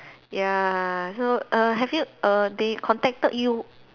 ya so err have you err they contacted you